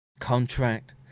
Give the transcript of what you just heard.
contract